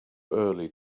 early